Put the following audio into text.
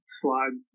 slide